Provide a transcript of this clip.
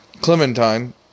Clementine